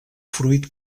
fruit